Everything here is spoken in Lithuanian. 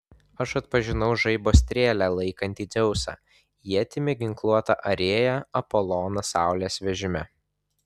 aš atpažinau žaibo strėlę laikantį dzeusą ietimi ginkluotą arėją apoloną saulės vežime